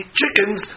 chickens